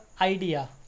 idea